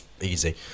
easy